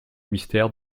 mystère